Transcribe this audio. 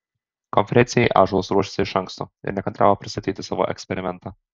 konferencijai ąžuolas ruošėsi iš anksto ir nekantravo pristatyti savo eksperimentą